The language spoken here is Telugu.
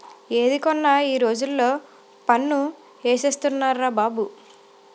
ఏది కొన్నా ఈ రోజుల్లో పన్ను ఏసేస్తున్నార్రా బాబు